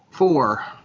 Four